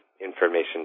information